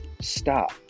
stop